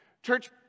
Church